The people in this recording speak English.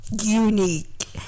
unique